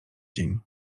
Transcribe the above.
dzień